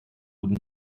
guten